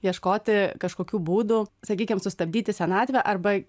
ieškoti kažkokių būdų sakykim sustabdyti senatvę arba